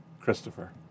Christopher